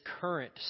current